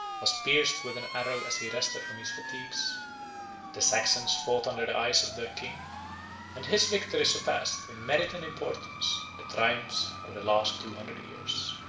was pierced with an arrow as he rested from his fatigues the saxons fought under the eyes of their king and his victory surpassed, in merit and importance, the triumphs of the last two hundred years.